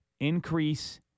increase